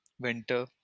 winter